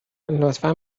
لطفا